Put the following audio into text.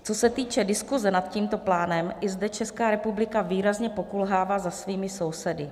Co se týče diskuse nad tímto plánem, i zde Česká republika výrazně pokulhává za svými sousedy.